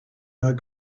not